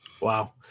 Wow